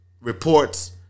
reports